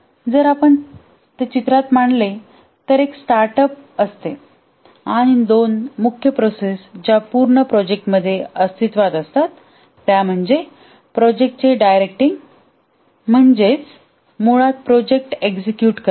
जर आपण ते चित्रात मांडले तर तेथे एक स्टार्ट अप असते आणि नंतर दोन मुख्य प्रोसेस ज्या पूर्ण प्रोजेक्टमध्ये अस्तित्त्वात असतात त्या म्हणजे प्रोजेक्टचे डाइरेक्टइंग म्हणजेच मुळात प्रोजेक्ट एक्झिकयूट करणे